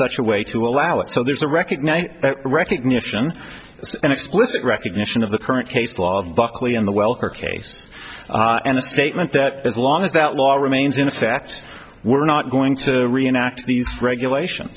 such a way to allow it so there's a recognized recognition and explicit recognition of the current case law of buckley in the welker case and the statement that as long as that law remains in effect we're not going to reenact these regulation